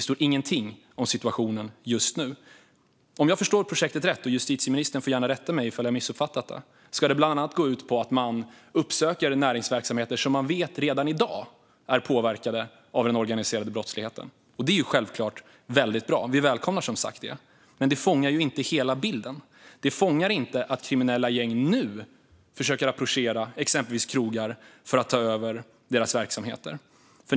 Som jag har förstått det - justitieministern får gärna rätta mig om jag har missuppfattat - går projektet bland annat ut på att uppsöka näringsverksamheter som man redan i dag vet är påverkade av organiserad brottslighet. Det är givetvis bra, och vi välkomnar som sagt det. Det fångar dock inte hela bilden. Det fångar inte att kriminella gäng här och nu approcherar exempelvis krogar för att försöka ta över deras verksamheter.